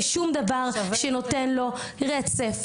ושום דבר שנותן רצף,